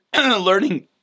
learning